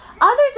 Others